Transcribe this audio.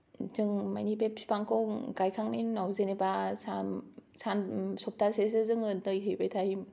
जों माने बे बिफांखौ गायखांनायनि उनाव जेनेबा सानफ्राम्बो सप्तासेसो जोङो दै हैबाय थायो